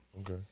Okay